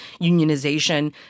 unionization